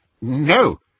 No